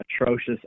atrocious